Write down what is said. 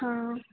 हाँ